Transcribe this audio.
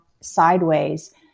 sideways